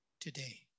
today